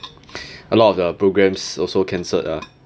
a lot of the programmes also cancelled ah